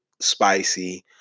spicy